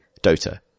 Dota